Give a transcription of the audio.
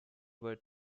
were